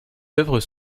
oeuvres